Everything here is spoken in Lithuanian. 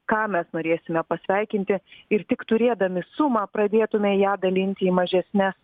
ką mes norėsime pasveikinti ir tik turėdami sumą pradėtume ją dalinti į mažesnes